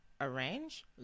Arrange